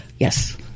Yes